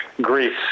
Greece